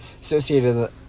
associated